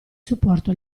supporto